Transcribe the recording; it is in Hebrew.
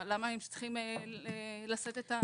למה הם צריכים לשאת בזה?